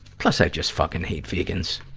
plus, i just fucking hate vegans.